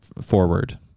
forward